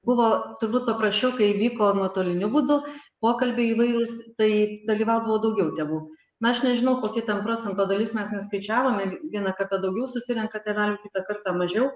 buvo turbūt paprasčiau kai vyko nuotoliniu būdu pokalbiai įvairūs tai dalyvaudavo daugiau tėvų na aš nežinau kokia ten procento dalis mes neskaičiavom ir vieną kartą daugiau susirenka tėvelių kitą kartą mažiau